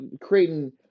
creating